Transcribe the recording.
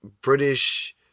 British